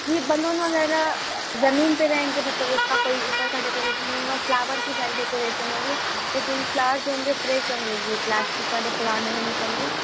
جی balloon وغیرہ زمین پہ رہیں گے مطلب اس کا کوئی اوپر کا ڈیکوریشن نہیں ہوگا فلاور کی ساری ڈیکوریشن ہوگی لیکن فلاور جو ہوں گے فریش ہوں گےجی پلاسٹک والے فلاور نہیں ہونے چاہئے